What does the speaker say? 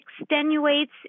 extenuates